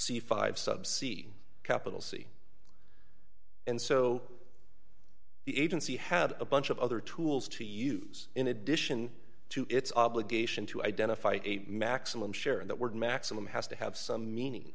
c five subsidy capital c and so the agency had a bunch of other tools to use in addition to its obligation to identify a maximum share in that word maximum has to have some meaning